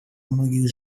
многих